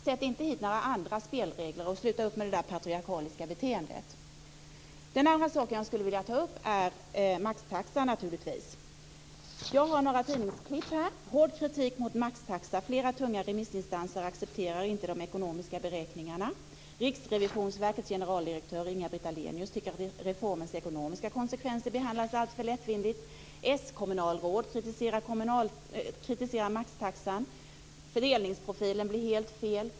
Sätt inte upp några andra spelregler, och sluta upp med det patriarkaliska beteendet! Den andra sak som jag skulle vilja ta upp är maxtaxan. Jag skulle vilja referera ur några tidningsurklipp: Hård kritik mot maxtaxa. Flera tunga remissinstanser accepterar inte de ekonomiska beräkningarna. Riksrevisionsverkets generaldirektör Inga-Britt Ahlenius tycker att reformens ekonomiska konsekvenser behandlats alltför lättvindigt. S-kommunalråd kritiserar maxtaxan. Fördelningsprofilen blir helt fel.